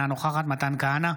אינה נוכחת מתן כהנא,